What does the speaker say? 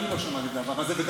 אני לא שמעתי את הדבר הזה.